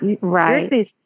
Right